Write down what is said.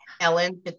ellen